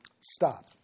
Stop